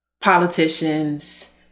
politicians